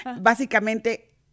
Básicamente